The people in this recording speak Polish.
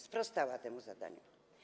Sprostała temu zadaniu.